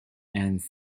and